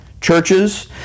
churches